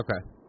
Okay